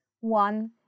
One